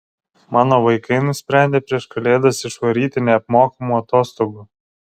mano vaikai nusprendė prieš kalėdas išvaryti neapmokamų atostogų